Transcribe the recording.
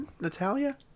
Natalia